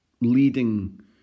leading